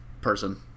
person